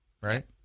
right